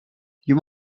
you